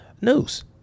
News